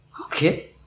okay